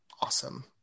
awesome